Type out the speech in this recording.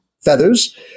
feathers